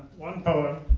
one poem